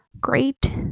great